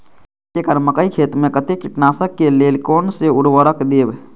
एक एकड़ मकई खेत में कते कीटनाशक के लेल कोन से उर्वरक देव?